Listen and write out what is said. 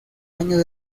años